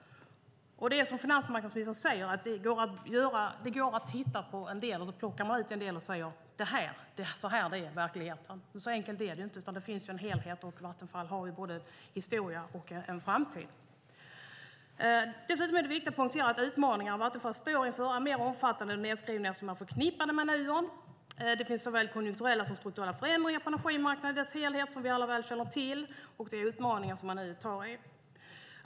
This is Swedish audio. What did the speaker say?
Det är som finansmarknadsministern säger att det går att titta på en del och så plockar man ut en del av den och säger: Det är så här det är i verkligheten. Men så enkelt är det inte, utan det finns en helhet, och Vattenfall har både en historia och en framtid. Dessutom är det viktigt att poängtera att utmaningarna som Vattenfall står inför är mer omfattande än de nedskrivningar som man förknippade med Nuon. Det finns såväl konjunkturella som strukturella förändringar på energimarknaden i dess helhet, som vi alla väl känner till, och det är utmaningar som man nu tar tag i.